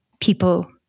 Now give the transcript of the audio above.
people